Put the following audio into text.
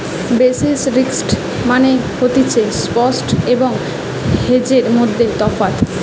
basis risk মানে হতিছে spot এবং হেজের মধ্যে তফাৎ